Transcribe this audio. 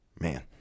man